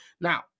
Now